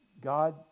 God